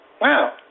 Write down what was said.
wow